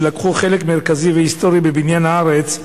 שלקחו חלק מרכזי והיסטורי בבניין הארץ,